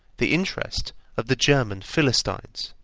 the interest of the german philistines.